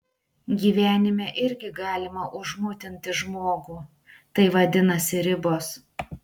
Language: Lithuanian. gyvenime irgi galima užmutinti žmogų tai vadinasi ribos